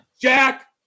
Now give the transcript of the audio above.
Jack